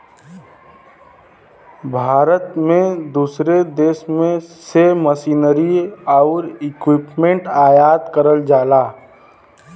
भारत में दूसरे देश से मशीनरी आउर इक्विपमेंट आयात करल जाला